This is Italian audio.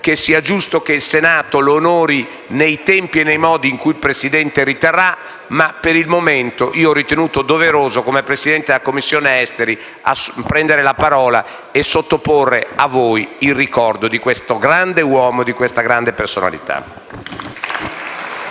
credo sia giusto che il Senato lo onori nei tempi e nei modi che il Presidente riterrà, ma per il momento ho ritenuto doveroso, come Presidente della Commissione affari esteri, emigrazione, prendere la parola e sottoporre a voi il ricordo di questo grande uomo e di questa grande personalità.